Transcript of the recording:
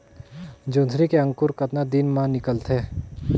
जोंदरी के अंकुर कतना दिन मां निकलथे?